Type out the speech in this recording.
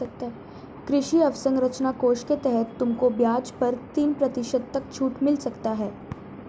कृषि अवसरंचना कोष के तहत तुमको ब्याज पर तीन प्रतिशत तक छूट मिल सकती है